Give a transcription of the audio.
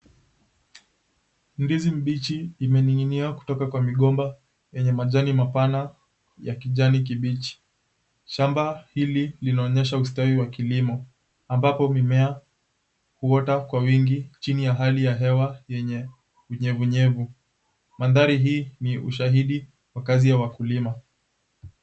Ndizi mbichi imeninginia kutoka kwa migomba yenye majani mapana ya kijani kibichi. Shamba hili linaonyesha ustawi wa kilimo ambapo mimea huota kwa wingi chini ya hali ya hewa yenye unyevunyevu. Mandhari hii ni ushahidi wa kazi ya wakulima.